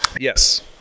Yes